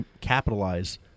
capitalize